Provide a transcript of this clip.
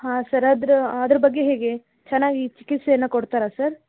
ಹಾಂ ಸರ್ ಅದರ ಅದ್ರ ಬಗ್ಗೆ ಹೇಗೆ ಚೆನ್ನಾಗಿ ಚಿಕಿತ್ಸೆಯನ್ನು ಕೊಡ್ತಾರಾ ಸರ್